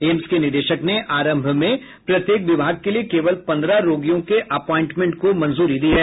AIIMS के निदेशक ने आरंभ में प्रत्येक विभाग के लिए केवल पंद्रह रोगियों के एपॉयंटमेंट को मंजूरी दी है